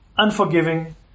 Unforgiving